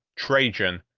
trajan,